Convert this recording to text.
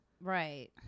Right